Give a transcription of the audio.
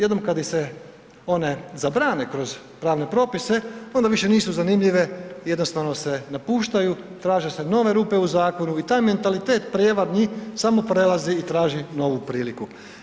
Jednom kada se one zabrane kroz pravne propise onda više nisu zanimljive i jednostavno se napuštaju, traže se nove rupe u zakonu i taj mentalitet prijevarni samo prelazi i traži novu priliku.